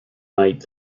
night